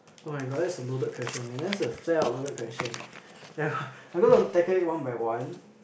oh-my-god that is a loaded question man that is a fair up loaded question I am going to tackle it one by one